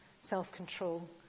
self-control